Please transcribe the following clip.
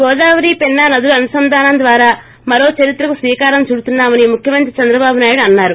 గోదావరి పెన్నా నదుల అనుసంధానం ద్వారా మరో చరిత్రకు శ్రీకారం చుడుతున్నా మని ముఖ్యమంత్రి చంద్రబాబు నాయుడు అన్నారు